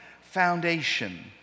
foundation